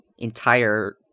entire